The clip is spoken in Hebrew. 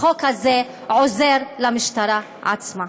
החוק הזה עוזר למשטרה עצמה.